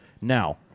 Now